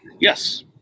Yes